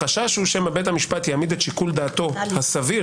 החשש הוא שמא בית המשפט יעמיד את שיקול דעתו "הסביר",